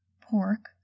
pork